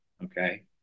Okay